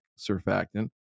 surfactant